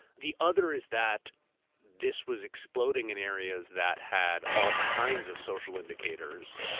the other is that this was exploding in areas that had all kinds of social indicators,